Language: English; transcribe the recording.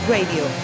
Radio